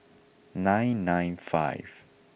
nine nine five